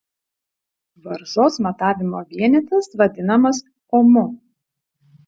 varžos matavimo vienetas vadinamas omu